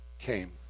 came